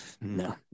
No